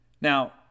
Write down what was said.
Now